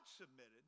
submitted